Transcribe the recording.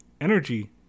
energy